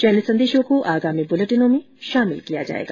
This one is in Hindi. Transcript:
चयनित संदेशों को आगामी बुलेटिनों में शामिल किया जाएगा